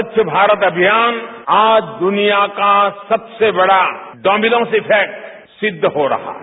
स्वच्छ भारत अभियान आज दुनिया का सबसे बड़ा डोमिनोज इफैक्ट सिद्ध हो रहा है